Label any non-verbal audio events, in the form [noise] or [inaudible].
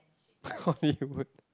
[laughs] why you would